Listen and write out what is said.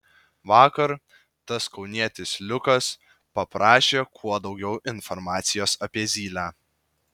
vakar tas kaunietis liukas paprašė kuo daugiau informacijos apie zylę